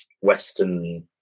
Western